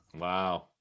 Wow